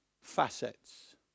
facets